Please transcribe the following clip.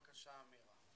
בבקשה, אמירה.